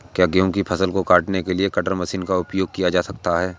क्या गेहूँ की फसल को काटने के लिए कटर मशीन का उपयोग किया जा सकता है?